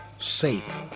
safe